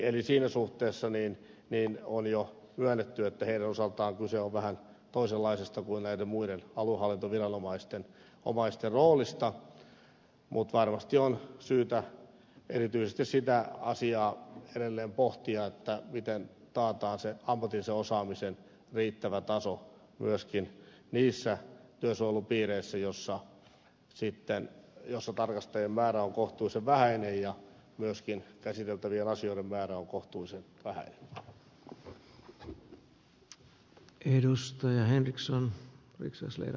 eli siinä suhteessa on jo myönnetty että niiden osalta kyse on vähän toisenlaisesta kuin näiden muiden aluehallintoviranomaisten roolista mutta varmasti on syytä erityisesti sitä asiaa edelleen pohtia miten taataan se ammatillisen osaamisen riittävä taso myöskin niissä työsuojelupiireissä joissa tarkastajien määrä on kohtuullisen vähäinen ja myöskin käsiteltävien asioiden määrä on kohtuullisen vähäinen